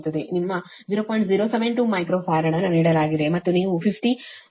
0072 microfarad ಅನ್ನು ನೀಡಲಾಗಿದೆ ಮತ್ತು ಇದು ನೀವು 50 ಆವರ್ತನ ಎಂದು ಕರೆಯುವ 50 ಹರ್ಟ್ಜ್ ಆಗಿದೆ